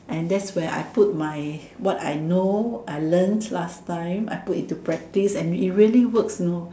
and thats where I put my what I know I learnt last time I put into practice and it really works know